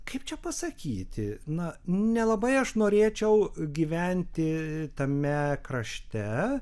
kaip čia pasakyti na nelabai aš norėčiau gyventi tame krašte